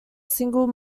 single